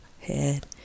head